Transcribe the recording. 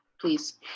please